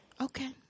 Okay